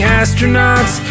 astronauts